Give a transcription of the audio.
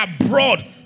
abroad